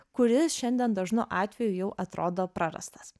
kuris šiandien dažnu atveju jau atrodo prarastas